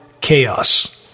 chaos